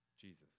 Jesus